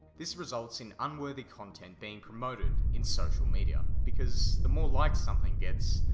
this results in unworthy content being promoted in social media. because the more likes something gets,